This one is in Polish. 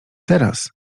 teraz